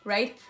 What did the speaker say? Right